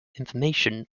information